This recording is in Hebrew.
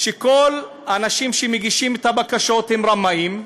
שכל האנשים שמגישים את הבקשות הם רמאים.